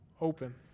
open